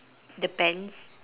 the pants